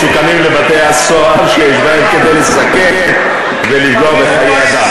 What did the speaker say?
חפצים מסוכנים לבתי-הסוהר שיש בהם כדי לסכן ולפגוע בחיי אדם,